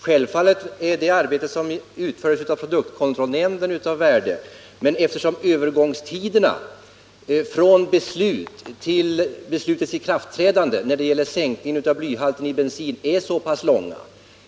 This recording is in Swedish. Självfallet är det arbete som utfördes av produktkontrollnämnden av värde, men övergångstiden fram till ikraftträdandet av ett beslut om sänkning av blyhalten i bensin är mycket lång.